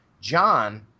John